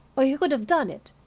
or he could have done it,